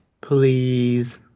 Please